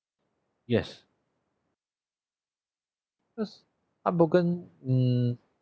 yes cause heartbroken mm